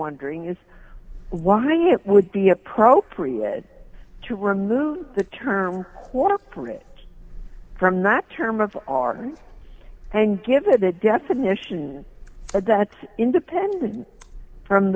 wondering is why it would be appropriate to remove the term corporate from that term of art and give it a definition that's independent from